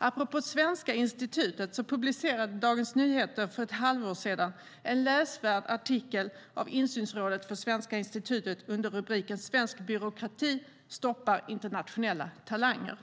Apropå Svenska Institutet publicerade Dagens Nyheter för ett halvår sedan en läsvärd artikel av insynsrådet för Svenska Institutet under rubriken "Svensk byråkrati stoppar internationella talanger".